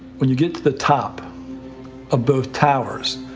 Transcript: when you get to the top of both towers,